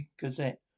Gazette